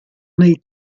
nei